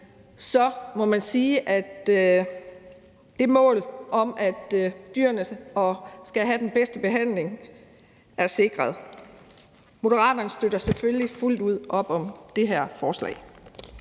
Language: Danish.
må man sige, at det mål om, at dyrene skal have den bedste behandling, er sikret. Moderaterne støtter selvfølgelig fuldt ud op om det her forslag.